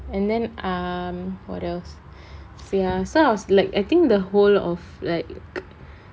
and then um what else so ya so I was like I think the whole of like